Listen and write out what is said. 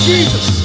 Jesus